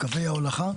קווי ההולכה.